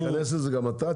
אבל תיכנס לזה גם אתה,